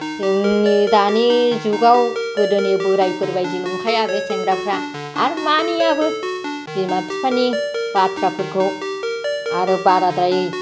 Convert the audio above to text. जोंनि दानि जुगाव गोदोनि बोराइफोरबादि नंखाया बे सेंग्राफ्रा आरो मानियाबो बिमा बिफानि बाथ्राफोरखौ आरो बाराद्राय